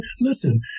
listen